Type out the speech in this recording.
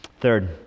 third